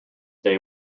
day